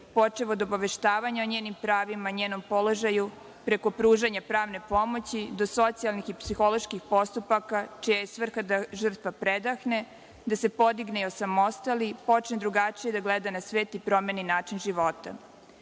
počev od obaveštavanja o njenim pravima, njenom položaju preko pružanja pravne pomoći do socijalnih i psiholoških postupaka čija je svrha da žrtva predahne, da se podigne i osamostali, počne drugačije da gleda na svet i promeni način